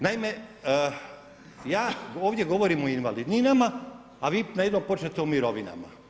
Naime, ja ovdje govorim o invalidninama, a vi najednom počnete o mirovinama.